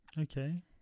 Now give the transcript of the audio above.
Okay